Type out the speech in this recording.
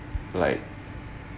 like